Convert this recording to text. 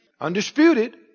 Undisputed